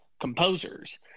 composers